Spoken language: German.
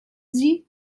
sich